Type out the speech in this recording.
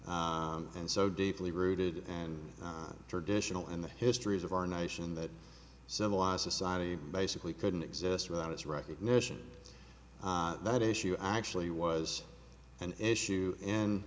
and so deeply rooted and traditional in the histories of our nation that civilized society basically couldn't exist without its recognition that issue i actually was an issue in